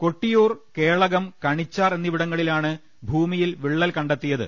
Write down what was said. കൊട്ടിയൂർ കേളകം കണിച്ചാർ എന്നിവിടങ്ങളിലാണ് ഭൂമിയിൽ വിള്ളൽ കണ്ടെത്തിയത്